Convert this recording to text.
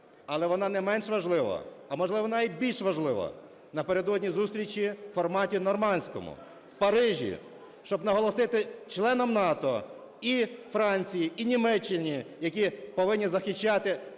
але вона не менш важлива, а, можливо, навіть більш важлива напередодні зустрічі у форматі нормандському в Парижі, щоб наголосити членам НАТО – і Франції, і Німеччині – які повинні захищати